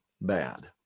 bad